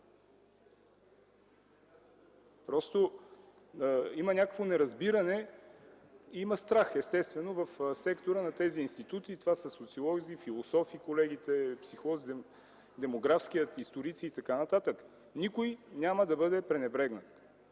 цели. Има някакво неразбиране, има страх естествено, в сектора на тези институти, и това са социолози, философи, психолози, демографи, историци и така нататък. Никой няма да бъде пренебрегнат.